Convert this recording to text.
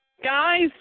Guys